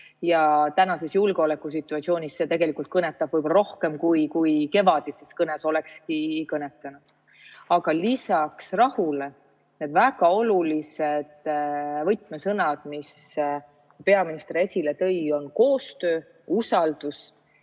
Tänases julgeolekusituatsioonis see kõnetab võib-olla rohkem, kui kevadises kõnes oleks kõnetanud. Aga lisaks "rahule" on väga olulised võtmesõnad, mis peaminister esile tõi, "koostöö", "usaldus",